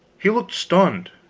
he looked stunned,